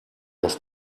aus